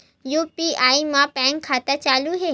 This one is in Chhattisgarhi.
यू.पी.आई मा बैंक खाता जरूरी हे?